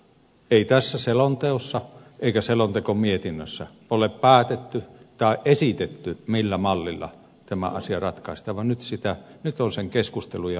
ei tässä selonteossa eikä selontekomietinnössä ole päätetty tai esitetty millä mallilla tämä asia ratkaistaan vaan nyt on sen keskustelun ja linjaamisen aika